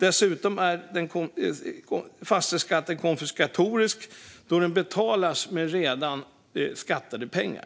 Dessutom är fastighetsskatten konfiskatorisk då den betalas med redan skattade pengar.